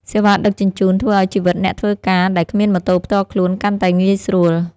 សេវាដឹកជញ្ជូន ធ្វើឱ្យជីវិតអ្នកធ្វើការដែលគ្មានម៉ូតូផ្ទាល់ខ្លួនកាន់តែងាយស្រួល។